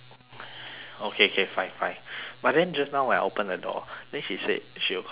okay K fine fine but then just now when I open the door then she said she will call me when it's done